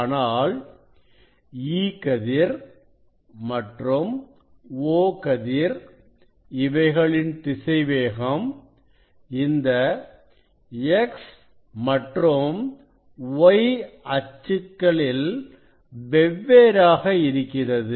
ஆனால் E கதிர் மற்றும் O கதிர் இவைகளின் திசைவேகம் இந்த X மற்றும் Y அச்சுகளில் வெவ்வேறாக இருக்கிறது